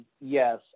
Yes